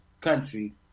country